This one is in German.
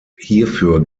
hierfür